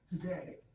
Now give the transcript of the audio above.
today